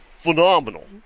phenomenal